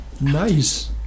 Nice